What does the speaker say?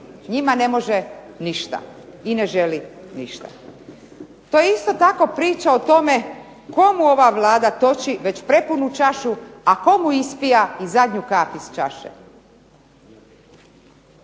Njima ne može ništa i ne želi ništa. To je isto tako priča o tome komu ova Vlada toči već prepunu čašu, a komu ispija i zadnju kap iz čaše.